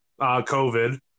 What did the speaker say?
COVID